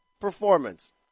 performance